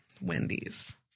Wendy's